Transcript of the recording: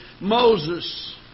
Moses